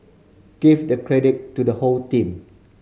give the credit to the whole team